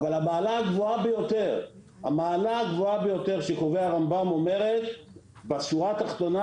המעלה הגבוהה ביותר שקובע הרמב"ם אומרת בשורה התחתונה